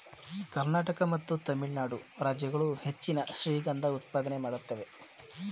ಕರ್ನಾಟಕ ಮತ್ತು ತಮಿಳುನಾಡು ರಾಜ್ಯಗಳು ಹೆಚ್ಚಿನ ಶ್ರೀಗಂಧ ಉತ್ಪಾದನೆ ಮಾಡುತ್ತೇವೆ